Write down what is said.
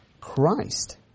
Christ